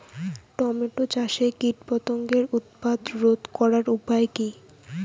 Tomato চাষে কীটপতঙ্গের উৎপাত রোধ করার উপায় কী?